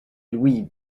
louis